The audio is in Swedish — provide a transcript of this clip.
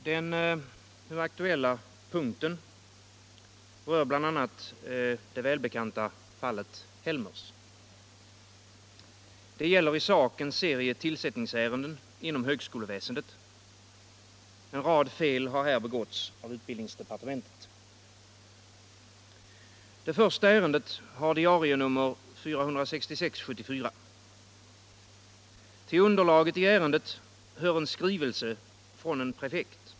Herr talman! Den nu aktuella punkten rör bl.a. det välbekanta fallet Helmers. Det gäller i sak en serie tillsättningsärenden inom högskoleväsendet. En rad fel har här begåtts av utbildningsdepartementet. Det första ärendet har diarienummer 466/74. Till underlaget i ärendet hör en skrivelse från en prefekt.